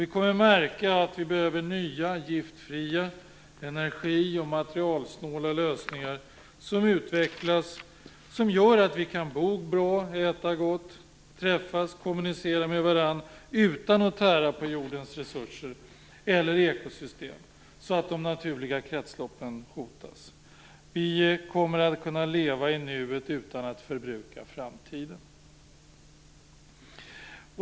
Vi kommer att märka att vi behöver nya, giftfria, energi och materialsnåla lösningar som gör att vi kan bo bra, äta gott, träffas och kommunicera med varandra utan att tära på jordens resurser eller på ekosystemet, så att de naturliga kretsloppen hotas. Vi kommer att kunna leva i nuet utan att förbruka framtiden.